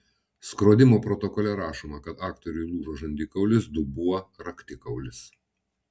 skrodimo protokole rašoma kad aktoriui lūžo žandikaulis dubuo raktikaulis